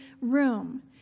room